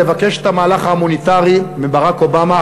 לבקש את המהלך ההומניטרי מברק אובמה,